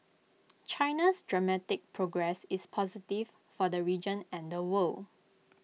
China's dramatic progress is positive for the region and the world